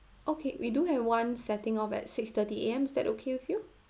okay we do have one setting off at six-thirty A_M is that okay with you